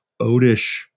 odish